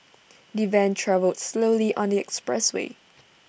the van travelled slowly on the expressway